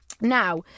Now